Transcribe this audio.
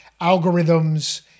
algorithms